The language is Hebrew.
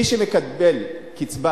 מי שמקבל קצבה,